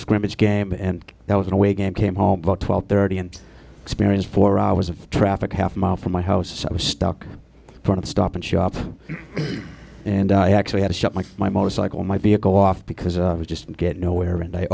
scrimmage game and there was an away game came home about twelve thirty and experience four hours of traffic half a mile from my house so i was stuck part of the stop and shop and i actually had to shut my my motorcycle my vehicle off because it was just get nowhere and i